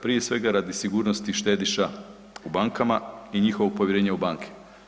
Prije svega radi sigurnosti štedišta u bankama i njihovo povjerenje u banke.